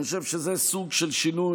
אני חושב שזה סוג של שינוי,